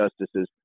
justices